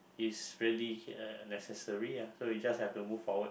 it's really uh necessary ya so you just have to move forward